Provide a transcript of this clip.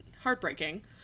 heartbreaking